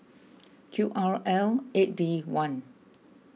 Q R L eight D one